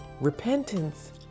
Repentance